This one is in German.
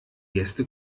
gäste